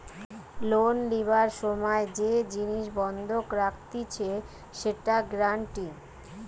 loan লিবার সময় যে জিনিস বন্ধক রাখতিছে সেটা গ্যারান্টি